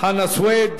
חנא סוייד.